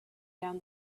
down